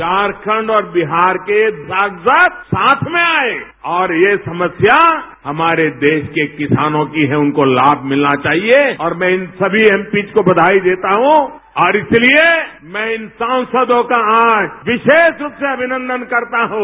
झारखंड और बिहार के सांसद साथ में आए और ये समस्या हमारे देश के किसानों की हैं उनको लाम मिलना चाहिए और मैं इन समी एमपीज को बचाई देता हूं और इसलिए मैं इन सांसदों का आज विशेष रूप से अभिनदन करता हूं